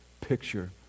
picture